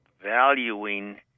valuing